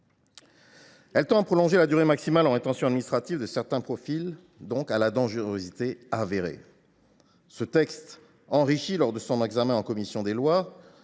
texte tend à prolonger la durée maximale en rétention administrative de certains profils à la dangerosité avérée. Enrichi lors de son examen en commission des lois,